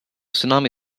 tsunami